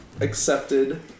accepted